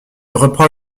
reprend